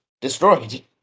destroyed